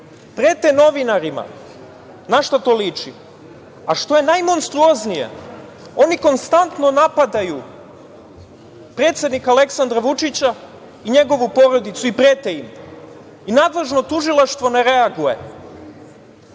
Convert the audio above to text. prete novinarima. Na šta to liči? Što je najmonstruoznije, oni konstantno napadaju predsednika Aleksandra Vučića i njegovu porodicu i prete im. Nadležno tužilaštvo ne reaguje.